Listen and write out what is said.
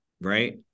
right